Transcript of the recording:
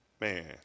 Man